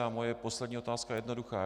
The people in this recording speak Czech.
A moje poslední otázka je jednoduchá.